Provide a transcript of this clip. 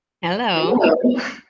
Hello